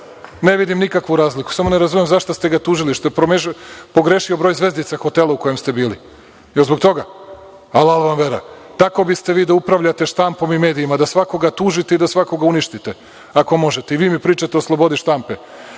Ne vidim nikakvu razliku, samo ne razumem za šta ste ga tužili, što je pogrešio broj zvezdica u hotelu u kojem ste bili? Da li zbog toga? Alal vam vera. Tako biste vi da upravljate štampom i medijima da svakoga tužite i da svakoga uništite ako možete i vi pričate o slobodi štampe.